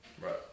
Right